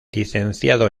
licenciado